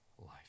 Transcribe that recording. life